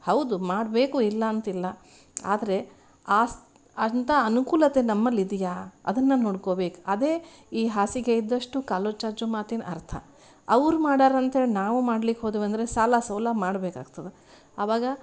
ಹೌದು ಮಾಡಬೇಕು ಇಲ್ಲ ಅಂತಿಲ್ಲ ಆದರೆ ಆಸೆ ಅಂತ ಅನುಕೂಲತೆ ನಮ್ಮಲ್ಲಿದೆಯ ಅದನ್ನು ನೋಡ್ಕೊಳ್ಬೇಕು ಅದೇ ಈ ಹಾಸಿಗೆ ಇದ್ದಷ್ಟು ಕಾಲುಚಾಚು ಮಾತಿನ ಅರ್ಥ ಅವ್ರು ಮಾಡ್ಯಾರಂಥೇಳಿ ನಾವು ಮಾಡ್ಲಿಕ್ಕೆ ಹೋದ್ವು ಅಂದರೆ ಸಾಲ ಸೂಲ ಮಾಡಬೇಕಾಗ್ತದ ಆವಾಗ